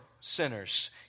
sinners